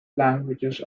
languages